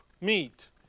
meet